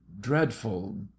DREADFUL